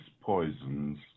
poisons